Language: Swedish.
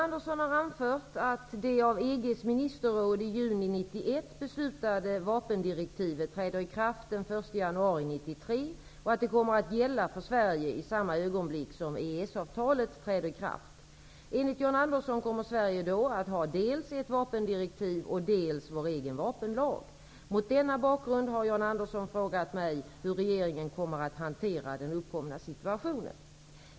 Herr talman! John Andersson har anfört att det av och att det kommer att gälla för Sverige i samma ögonblick som EES-avtalet träder i kraft. Enligt John Andersson kommer Sverige då att ha dels ett vapendirektiv och dels vår egen vapenlag. Mot denna bakgrund har John Andersson frågat mig hur regeringen kommer att hantera den uppkomna situationen.